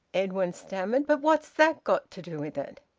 edwin stammered. but what's that got to do with it?